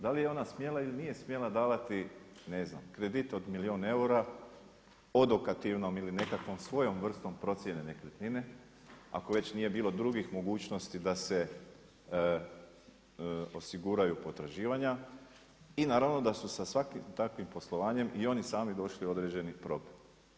Da li je ona smjela ili nije smjela davati ne znam kredit od milijun eura odokativnom ili nekakvom svojom vrstom procjene nekretnine ako već nije bilo drugih mogućnosti da se osiguraju potraživanja i naravno da su sa svakim takvim poslovanjem i oni sami došli u određeni problem.